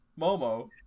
Momo